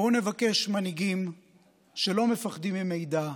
בואו נבקש מנהיגים שלא מפחדים ממידע,